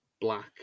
black